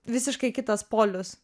visiškai kitas polius